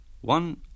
one